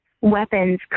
weapons